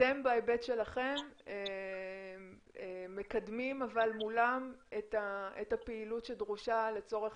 אבל אתם בהיבט שלכם מקדמים מולם את הפעילות שדרושה לצורך